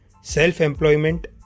self-employment